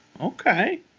Okay